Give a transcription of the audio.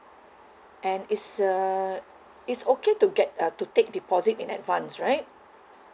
and it's uh it's okay to get uh to take deposit in advance right